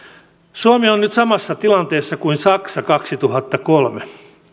suomi on nyt samassa tilanteessa kuin saksa kaksituhattakolme